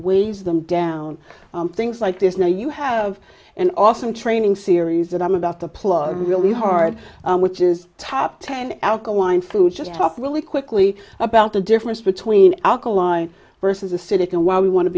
use them down on things like there's no you have an awesome training series that i'm about to plug really hard which is top ten alkaline food just talk really quickly about the difference between alkaline versus acidic and while we want to